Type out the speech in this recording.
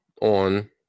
on